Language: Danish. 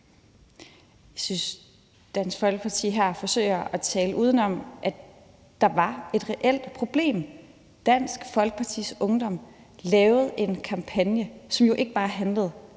Jeg synes, at Dansk Folkeparti her forsøger at tale udenom. Der var et reelt problem. Dansk Folkepartis Ungdom lavede en kampagne, som jo ikke bare handlede